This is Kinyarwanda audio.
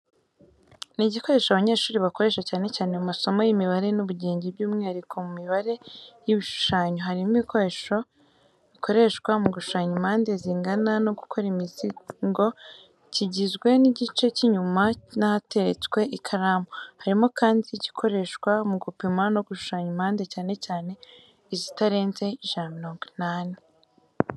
Ni igikoresho abanyeshuri bakoresha cyane cyane mu masomo y’imibare n’ubugenge by’umwihariko mu mibare y’ibishushanyo. Harimo igikoresho gikoreshwa mu gushushanya impande zingana no gukora imizingo kigizwe n’igice cy’icyuma n’ahateretswe ikaramu. Harimo kandi igikoreshwa mu gupima no gushushanya impande cyane cyane izitarenze 180°.